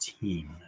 team